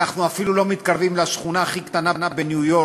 אפשר להמציא מה שאתם רוצים.